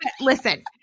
Listen